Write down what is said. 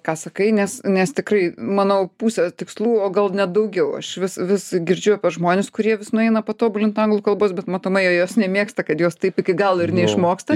ką sakai nes nes tikrai manau pusė tikslų o gal net daugiau aš vis vis girdžiu apie žmones kurie vis nueina patobulint anglų kalbos bet matomai jie jos nemėgsta kad jos taip iki galo ir neišmoksta